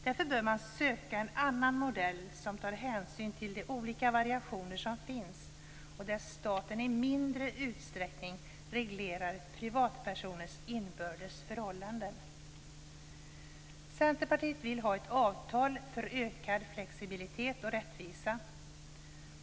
Därför bör man söka en annan modell som tar hänsyn till de olika variationer som finns och där staten i mindre utsträckning reglerar privatpersoners inbördes förhållanden. Centerpartiet vill ha ett avtal för ökad flexibilitet och rättvisa.